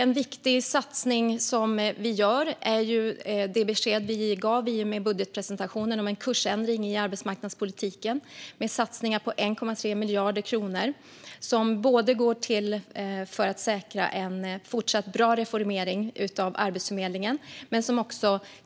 En viktig åtgärd är det besked vi gav i budgetpresentationen om en kursändring i arbetsmarknadspolitiken med satsningar på 1,3 miljarder kronor för att säkra en fortsatt bra reformering av Arbetsförmedlingen och